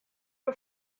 are